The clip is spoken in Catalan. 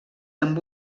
amb